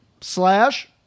slash